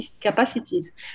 capacities